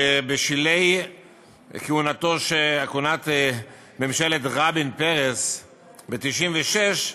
שבשלהי כהונת ממשלת רבין-פרס ב-1996,